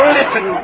listen